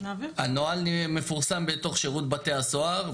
הנוהל מפורסם בתוך שירות בתי הסוהר.